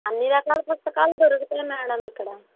అన్ని రకాల పుస్తకాలు దొరుకుతాయి మేడం ఇక్కడ